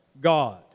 God